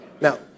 Now